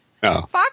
Fox